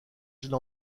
jeune